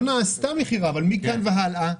"לא נעשתה מכירה" אבל מכאן והלאה?